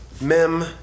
Mem